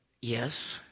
yes